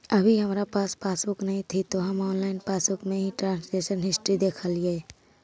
अभी हमारा पास पासबुक नहीं थी तो हम ऑनलाइन पासबुक में ही ट्रांजेक्शन हिस्ट्री देखलेलिये